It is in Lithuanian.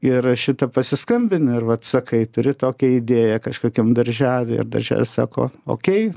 ir šita pasiskambini ir vat sakai turi tokią idėją kažkokiam darželiui ir darželis sako okei